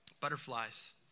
Butterflies